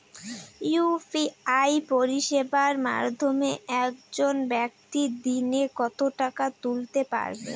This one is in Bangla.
ইউ.পি.আই পরিষেবার মাধ্যমে একজন ব্যাক্তি দিনে কত টাকা তুলতে পারবে?